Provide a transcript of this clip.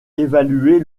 évaluer